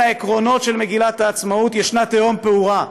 העקרונות של מגילת העצמאות תהום פעורה.